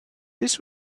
this